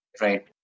Right